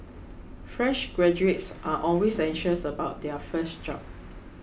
fresh graduates are always anxious about their first job